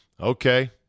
Okay